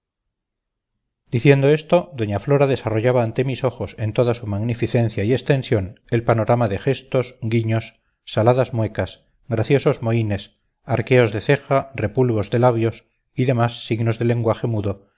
diciendo esto doña flora desarrollaba ante mis ojos en toda su magnificencia y extensión el panorama de gestos guiños saladas muecas graciosos mohínes arqueos de ceja repulgos de labios y demás signos del lenguaje mudo